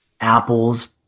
apples